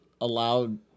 allowed